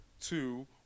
Two